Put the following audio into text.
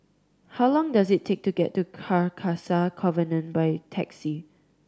how long does it take to get to Carcasa Convent by taxi